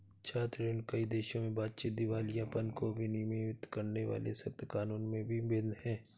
छात्र ऋण, कई देशों में बातचीत, दिवालियापन को विनियमित करने वाले सख्त कानूनों में भी भिन्न है